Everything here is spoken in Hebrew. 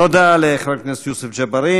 תודה לחבר הכנסת יוסף ג'בארין.